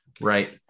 right